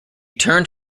turned